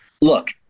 Look